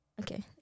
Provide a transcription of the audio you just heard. Okay